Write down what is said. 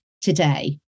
today